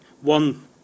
one